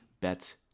bets